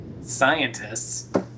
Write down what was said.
Scientists